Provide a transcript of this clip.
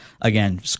again